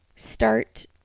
Start